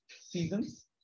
seasons